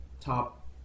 top